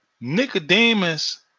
Nicodemus